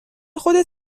خودت